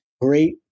great